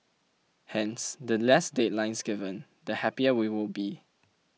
hence the less deadlines given the happier we will be